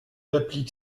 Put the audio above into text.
applique